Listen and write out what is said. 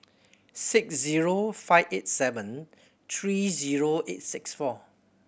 six zero five eight seven three zero eight six four